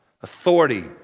authority